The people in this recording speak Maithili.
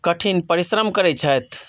कठिन परिश्रम करैत छथि